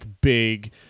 big